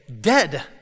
dead